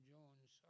Jones